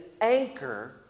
anchor